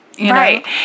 Right